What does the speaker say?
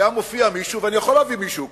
היה מופיע מישהו, ואני יכול להביא מישהו כזה,